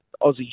Aussie